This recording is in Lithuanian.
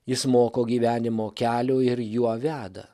jis moko gyvenimo kelio ir juo veda